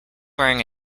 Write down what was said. wearing